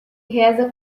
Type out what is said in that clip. reza